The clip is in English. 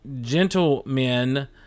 gentlemen